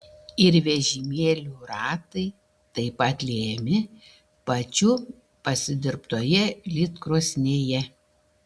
ir vežimėlių ratai taip pat liejami pačių pasidirbtoje lydkrosnėje